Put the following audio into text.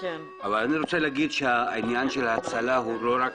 אני רוצה לומר שהעניין של ההצלה הוא לא רק